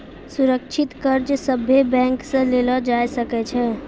सुरक्षित कर्ज सभे बैंक से लेलो जाय सकै छै